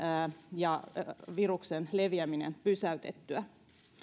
ja viruksen leviäminen pysäytettyä